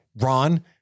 Ron